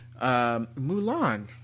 Mulan